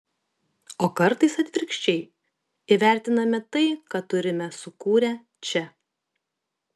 o kartais atvirkščiai įvertiname tai ką turime sukūrę čia